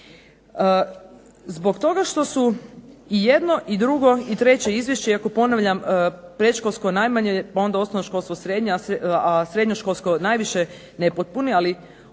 Zbog toga što su i jedno i drugo i treće izvješće, iako ponavljam predškolsko najmanje, onda osnovnoškolsko, a srednjoškolsko najnepotpunije ali